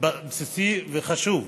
בסיסי וחשוב.